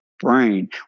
brain